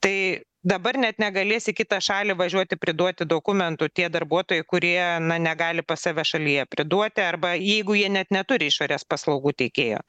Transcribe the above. tai dabar net negalės į kitą šalį važiuoti priduoti dokumentų tie darbuotojai kurie na negali pas save šalyje priduoti arba jeigu jie net neturi išorės paslaugų teikėjo